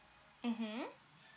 mmhmm